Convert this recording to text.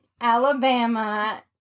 Alabama